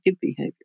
behavior